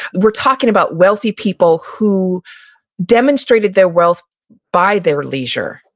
we're talking about wealthy people who demonstrated their wealth by their leisure.